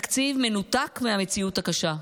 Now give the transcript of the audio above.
זה תקציב מנותק מהמציאות הקשה,